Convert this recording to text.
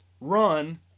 run